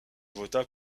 vota